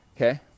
okay